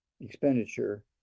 expenditure